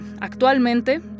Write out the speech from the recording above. actualmente